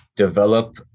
develop